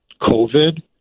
COVID